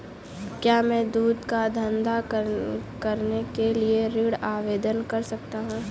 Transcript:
क्या मैं दूध का धंधा करने के लिए ऋण आवेदन कर सकता हूँ?